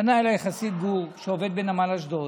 פנה אליי חסיד גור שעובד בנמל אשדוד.